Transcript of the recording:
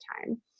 time